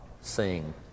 sing